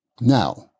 Now